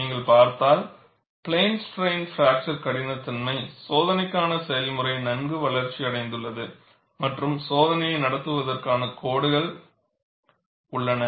நீங்கள் பார்த்தால் plane strain fracture கடினத்தன்மை சோதனைக்கான செயல்முறை நன்கு வளர்ச்சியடைந்துள்ளது மற்றும் சோதனையை நடத்துவதற்கான கோடுகள் உள்ளன